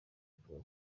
avuga